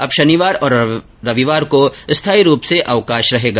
अब शनिवार और रविवार को स्थाई रूप से अवकाश रहेगा